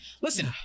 Listen